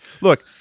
Look